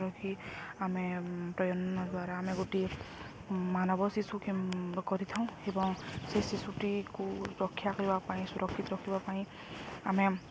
ରଖି ଆମେ ପ୍ରଜନନ ଦ୍ୱାରା ଆମେ ଗୋଟିଏ ମାନବ ଶିଶୁ କରିଥାଉ ଏବଂ ସେ ଶିଶୁଟିକୁ ରକ୍ଷା କରିବା ପାଇଁ ସୁରକ୍ଷିତ ରଖିବା ପାଇଁ ଆମେ